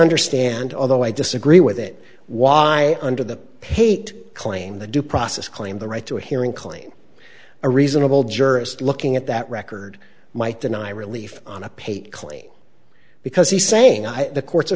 understand although i disagree with it why under the pate claim the due process claim the right to a hearing claim a reasonable jurist looking at that record might deny relief on a paid clee because he's saying i the courts are